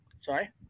Sorry